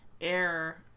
air